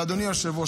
אדוני היושב-ראש,